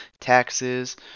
taxes